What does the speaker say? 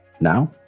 Now